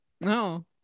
No